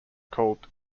called